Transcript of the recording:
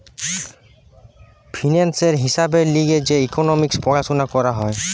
ফিন্যান্সের হিসাবের লিগে যে ইকোনোমিক্স পড়াশুনা করা হয়